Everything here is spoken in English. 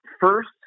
first